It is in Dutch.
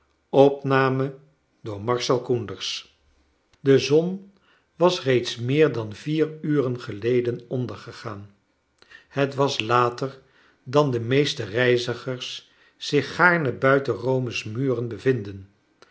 de zon was reeds meer dan vier uren geleden ondergegaan net was later dan de meeste reizigers zich gaarne buiten rome's muren bevinden